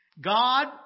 God